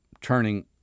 turning